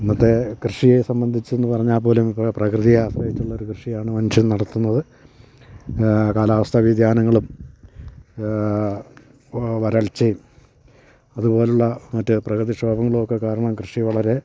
ഇന്നത്തെ കൃഷിയെ സംബന്ധിചെന്ന് പറഞ്ഞാൽ പോലും ഇപ്പോൾ പ്രകൃതിയെ ആശ്രയിച്ചുള്ള ഒരു കൃഷിയാണ് മനുഷ്യൻ നടത്തുന്നത് കാലാവസ്ഥ വ്യതിയാനങ്ങളും വരൾച്ചയും അത്പോലുള്ള മറ്റ് പ്രകൃതി ക്ഷോഭങ്ങൾ ഒക്കെ കാരണം കൃഷി വളരെ